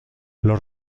los